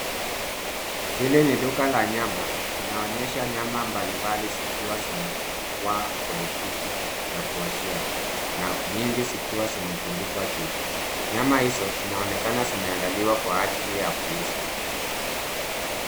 Hili ni duka la nyama inaonyesha nyama mbalimbali zikiwa zimewekwa kwenye friji ya kuashia na nyingi zikiwa zimetundikwa juu. Nyama hizo zinaonekana zimeandaliwa kwa ajili ya kuuza.